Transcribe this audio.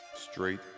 Straight